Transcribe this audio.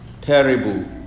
terrible